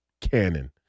canon